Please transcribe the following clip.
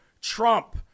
Trump